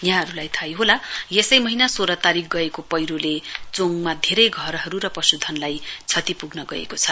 यहाँहरूलाई थाहै होला यसै महीना सोहो तारीक गएको पैह्रोले चोङमा धेरै घरहरू र पशुधनलाई क्षति पुग्न गएको थियो